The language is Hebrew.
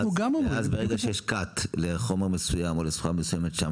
ואז ברגע שיש cut לחומר מסוים או לסחורה מסוימת שם,